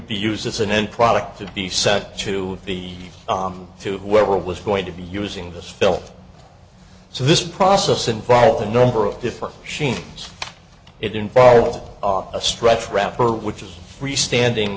be used as an end product to be sent to the to where was going to be using this film so this process involves a number of different machines it involves a stretch wrapper which is free standing